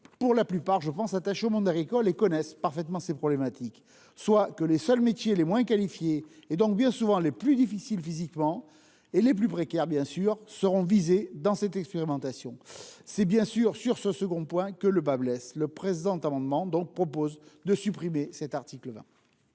pour la plupart attachés au monde agricole et connaissent parfaitement ses problématiques -, soit que seuls les métiers les moins qualifiés et donc, bien souvent, les plus difficiles physiquement et les plus précaires, bien sûr, seront visés par cette expérimentation. C'est bien sûr sur ce second point que le bât blesse, et c'est pourquoi nous proposons la suppression de l'article 20.